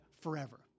forever